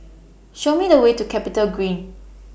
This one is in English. Show Me The Way to Capital Green